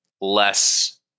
less